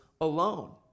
alone